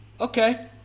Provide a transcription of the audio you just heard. okay